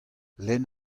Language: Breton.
lenn